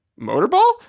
motorball